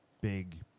big